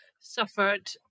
suffered